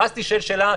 ואז תישאל שאלה,